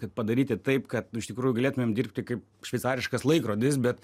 kaip padaryti taip kad nu iš tikrųjų galėtumėm dirbti kaip šveicariškas laikrodis bet